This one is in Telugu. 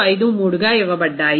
253గా ఇవ్వబడ్డాయి